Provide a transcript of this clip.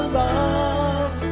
love